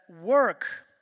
work